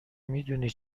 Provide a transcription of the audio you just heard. میدونی